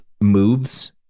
moves